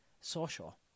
social